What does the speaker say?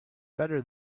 better